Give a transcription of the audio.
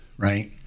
Right